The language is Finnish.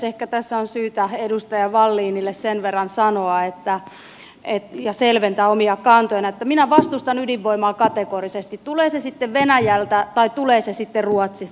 ehkä tässä on syytä edustaja wallinille sen verran sanoa ja selventää omia kantoja että minä vastustan ydinvoimaa kategorisesti tulee se sitten venäjältä tai tulee se sitten ruotsista